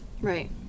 Right